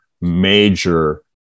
major